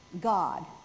God